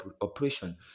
operation